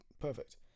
Perfect